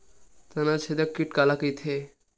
तनाछेदक कीट काला कइथे?